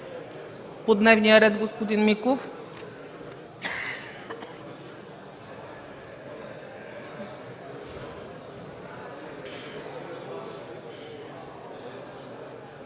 По дневния ред – господин Миков.